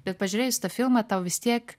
bet pažiūrėjus filmą tau vis tiek